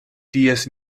ties